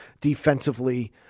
defensively